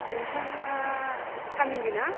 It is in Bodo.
नोंथाङा सामिलि ना